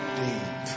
deep